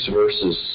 verses